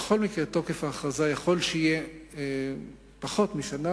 בכל מקרה תוקף ההכרזה יכול שיהיה פחות משנה,